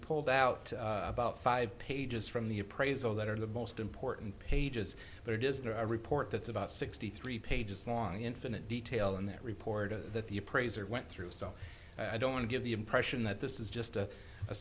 pulled out about five pages from the appraisal that are the most important pages but it is in a report that's about sixty three pages long infinite detail in their report to the appraiser went through so i don't want to give the impression that this is just a